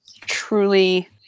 truly